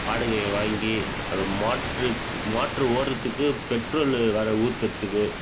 வாடகைய வாங்கி அதுல மோட்ருக்கு மோட்ரு ஓட்டுறத்துக்கு பெட்ரோல் வேறு ஊற்றுறத்துக்கு